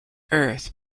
earth